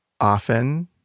Often